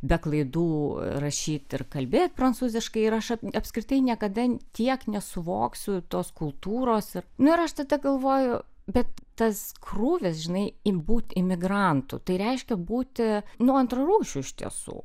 be klaidų rašyt ir kalbėt prancūziškai ir aš apskritai niekada tiek nesuvoksiu tos kultūros ir nu ir aš tada galvoju bet tas krūvis žinai ir būt imigrantu tai reiškia būti nu antrarūšiu iš tiesų